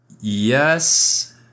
Yes